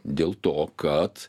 dėl to kad